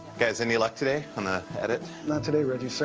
guys, any luck today on the edit. not today, reggie, so